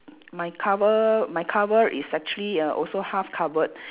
my cover my cover is actually err also half covered